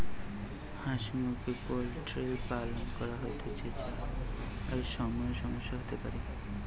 হাঁস মুরগি পোল্ট্রির পালন করা হৈতেছু, তার সময় সমস্যা হতে পারে